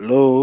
Hello